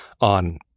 on